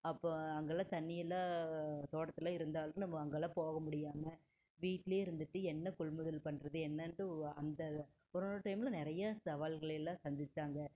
அப்போ அங்கெல்லாம் தண்ணி எல்லாம் தோட்டத்தில் இருந்தாலும் நம்ம அங்கெல்லாம் போக முடியாமல் வீட்டிலயே இருந்துகிட்டு என்ன கொள்முதல் பண்ணுறது என்னன்ட்டு அந்த கொரோனா டைமில் நிறையா சவால்களை எல்லாம் சந்தித்தாங்க